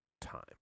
time